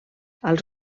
als